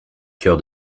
cœur